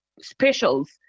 Specials